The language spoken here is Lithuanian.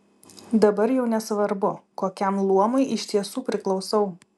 dabar jau nesvarbu kokiam luomui iš tiesų priklausau